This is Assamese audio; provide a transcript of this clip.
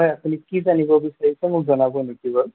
হয় আপুনি কি জানিব বিচাৰিছে মোক জনাব নেকি বাৰু